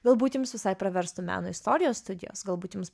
galbūt jums visai praverstų meno istorijos studijos galbūt jums